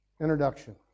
Introduction